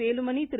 Velumani Thiru